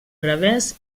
revers